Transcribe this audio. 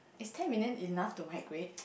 is ten million enough to migrate